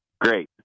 Great